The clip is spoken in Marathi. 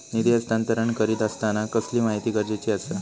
निधी हस्तांतरण करीत आसताना कसली माहिती गरजेची आसा?